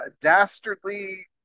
dastardly